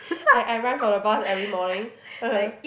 I I run for the bus every morning